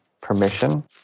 permission